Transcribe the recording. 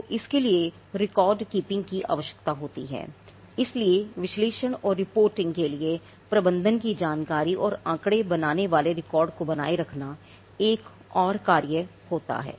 तो इसके लिए रिकॉर्ड कीपिंग के लिए प्रबंधन की जानकारी और आँकड़े बनाने वाले रिकॉर्ड को बनाए रखना एक और कार्य है